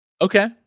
Okay